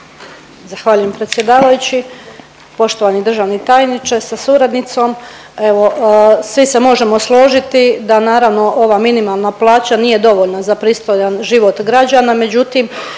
Zahvaljujem predsjedavajući. Poštovani državni tajniče sa suradnicom. Evo svi se možemo složiti da naravno ova minimalna plaća nije dovoljna za pristojan život građana,